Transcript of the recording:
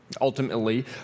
Ultimately